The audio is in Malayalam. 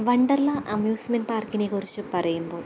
വണ്ടര്ലാ അമ്യൂസ്മെന്റ് പാര്ക്കിനെക്കുറിച്ചു പറയുമ്പോള്